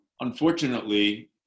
unfortunately